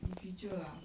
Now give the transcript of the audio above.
literature ah